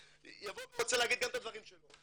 יבוא ורוצה להגיד גם כן את הדברים שלו.